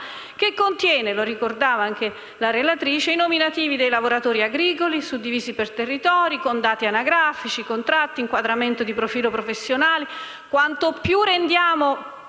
che contenga, come ricordava la relatrice, i nominativi dei lavoratori agricoli suddivisi per territori, con dati anagrafici, contratti, inquadramento di profilo professionale. Quanto più rendiamo